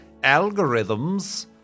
ALGORITHMS